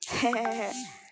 হ্যাঁ হ্যাঁ হ্যাঁ